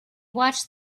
watched